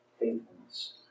faithfulness